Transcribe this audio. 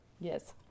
yes